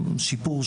שיפור,